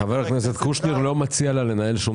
חבר הכנסת קושניר לא מציע לה לנהל שום